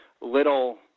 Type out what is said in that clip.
little